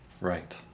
Right